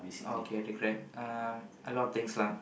okay regret um a lot of things lah